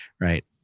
Right